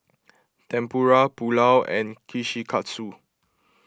Tempura Pulao and Kushikatsu